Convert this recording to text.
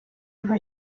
kuva